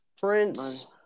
Prince